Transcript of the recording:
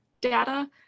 data